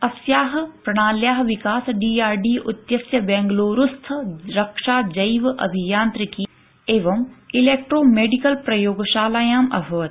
अस्याः प्रणाल्याः विकासः डीआरडीओइत्यस्य बेंगलुरुस्थ रक्षा जैव अभियांत्रिकी एवं इलेक्ट्रोमेडिकल प्रयोगशालायाम् अभवत्